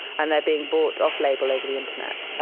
and they are being bought off-label over the internet.